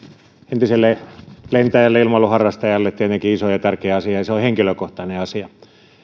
entiselle lentäjälle ja ilmailuharrastajalle tietenkin iso ja tärkeä asia ja se on henkilökohtainen asia